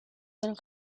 del